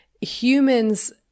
humans